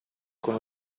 con